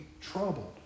troubled